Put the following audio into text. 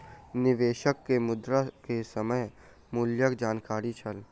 निवेशक के मुद्रा के समय मूल्यक जानकारी छल